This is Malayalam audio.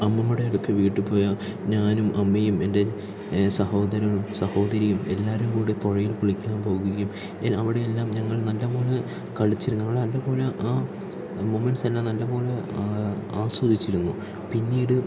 അമ്മൂമ്മയുടെയൊക്കെ വീട്ടിൽ പോയ ഞാനും അമ്മയും എൻ്റെ സഹോദരനും സഹോദരിയും എല്ലാവരും കൂടി പുഴയിൽ കുളിക്കാൻ പോകുകയും അവിടെ എല്ലാം ഞങ്ങൾ നല്ലപോലെ കളിച്ചിരുന്നു നമ്മൾ നല്ലപോലെ ആ മൊമന്സ് എല്ലാം നല്ലപോലെ ആസ്വദിച്ചിരുന്നു പിന്നീട്